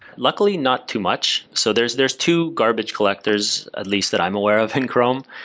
luckily not too much. so there's there's two garbage collectors at least that i'm aware of in chrome.